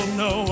no